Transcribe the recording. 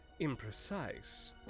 ...imprecise